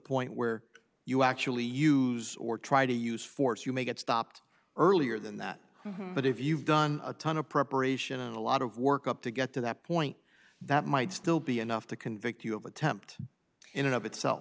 point where you actually use or try to use force you may get stopped earlier than that but if you've done a ton of preparation and a lot of work up to get to that point that might still be enough to convict you of attempt in and of it